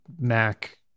Mac